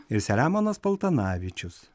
ir selemonas paltanavičius